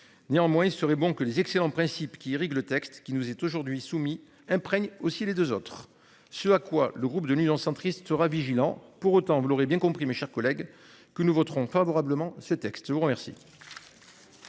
Néanmoins, il serait bon que les excellents principes qui irriguent le texte qui nous est aujourd'hui soumis imprègne aussi les 2 autres, ce à quoi le groupe de l'Union centriste sera vigilant. Pour autant, vous l'aurez bien compris mes chers collègues, que nous voterons favorablement ce texte, je vous remercie.